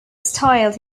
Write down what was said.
styled